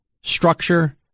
structure